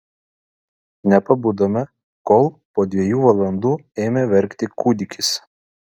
nepabudome kol po dviejų valandų ėmė verkti kūdikis